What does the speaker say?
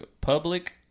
public